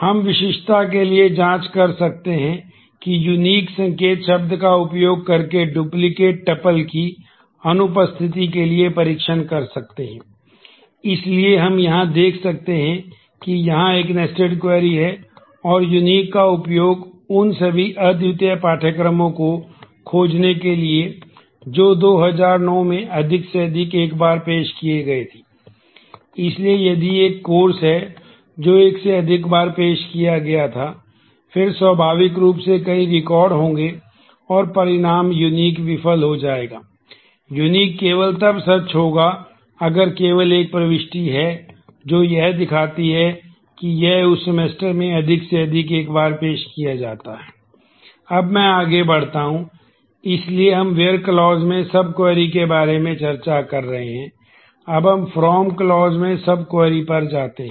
हम विशिष्टता के लिए जाँच कर सकते हैं कि यूनीक पर जाते हैं